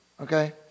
okay